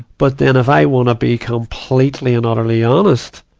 but then, if i want to be completely and utterly honest,